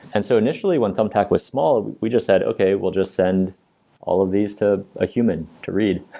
and so initially when thumbtack was small we just said, okay, we'll just send all of these to a human to read,